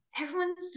everyone's